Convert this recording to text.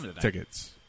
tickets